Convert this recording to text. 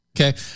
Okay